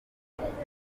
akongera